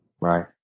Right